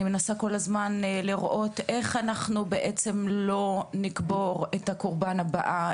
אני מנסה לראות איך לא נקבור את הקורבן הבאה,